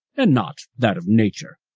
and not that of nature.